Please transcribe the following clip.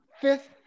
fifth